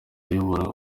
ayobora